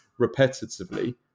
repetitively